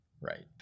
right